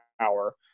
power